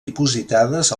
dipositades